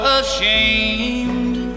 ashamed